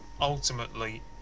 Ultimately